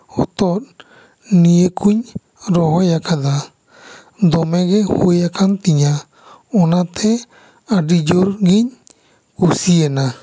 ᱦᱚᱛᱚᱫ ᱱᱤᱭᱟᱹᱠᱩᱧ ᱨᱚᱦᱚᱭ ᱟᱠᱟᱫᱟ ᱫᱚᱢᱮ ᱜᱮ ᱦᱩᱭ ᱟᱠᱟᱱ ᱛᱤᱧᱟᱹ ᱚᱱᱟᱛᱮ ᱟᱹᱰᱤ ᱡᱳᱨ ᱜᱮᱧ ᱠᱩᱥᱤᱭᱮᱱᱟ